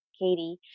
katie